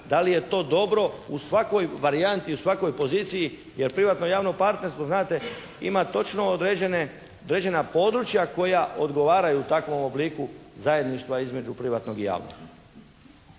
da li je to dobro u svakoj varijanti i u svakoj poziciji, jer privatno javno partnerstvo znate ima točno određena područja koja odgovaraju takvom obliku zajedništva između privatnog i javnog.